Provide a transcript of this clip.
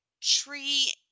tree